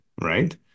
right